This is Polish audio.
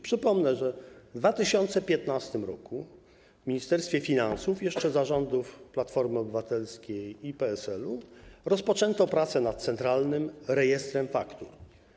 Przypomnę, że w 2015 r. w Ministerstwie Finansów, jeszcze za rządów Platformy Obywatelskiej i PSL-u, rozpoczęto pracę nad Centralnym Rejestrem Faktur.